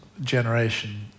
generation